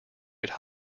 could